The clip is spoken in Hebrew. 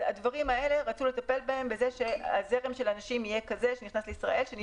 רצו לטפל בדברים האלה בזה שזרם האנשים שייכנס לישראל יהיה